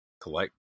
collect